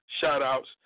shout-outs